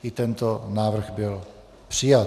I tento návrh byl přijat.